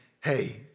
hey